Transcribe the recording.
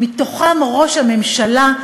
ובהם ראש הממשלה,